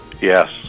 yes